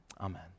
Amen